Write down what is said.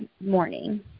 morning